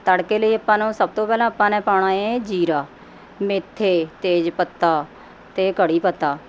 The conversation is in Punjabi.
ਤੜਕੇ ਲਈ ਆਪਾਂ ਨੂੰ ਸਭ ਤੋਂ ਪਹਿਲਾਂ ਆਪਾਂ ਨੇ ਪਾਉਣਾ ਏ ਜੀਰਾ ਮੇਥੇ ਤੇਜ ਪੱਤਾ ਅਤੇ ਕੜ੍ਹੀ ਪੱਤਾ